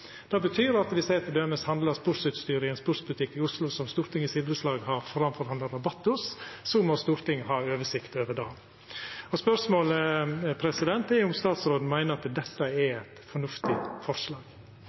Det betyr at viss eg t.d. handlar sportsutstyr i ein sportsbutikk i Oslo som Stortingets idrettslag har framforhandla rabatt hos, må Stortinget ha oversikt over det. Spørsmålet er om statsråden meiner at dette er eit fornuftig forslag.